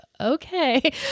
okay